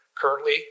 currently